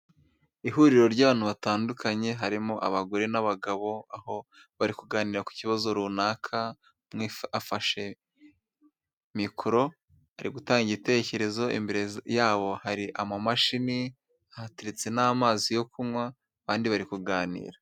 Ihuriro ry'abantu batandukanye harimo abagore n'abagabo, aho bari kuganira ku kibazo runaka, umwe afashe mikoro ari gutanga igitekerezo, imbere yabo hari amamashini, hateretse n'amazi yo kunywa abandi bari kuganira.